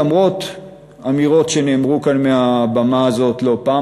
למרות אמירות שנאמרו כאן מהבמה הזאת לא פעם,